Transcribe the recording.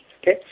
okay